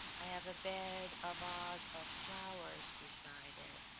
i have a bed, a vase of flowers beside it,